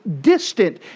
distant